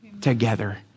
together